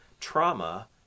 trauma